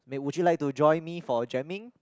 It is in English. mate would you like to join me for jamming